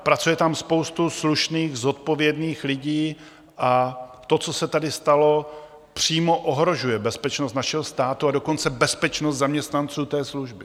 Pracuje tam spousta slušných, zodpovědných lidí, a to, co se tady stalo, přímo ohrožuje bezpečnost našeho státu, a dokonce bezpečnost zaměstnanců té služby.